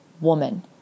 woman